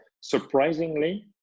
surprisingly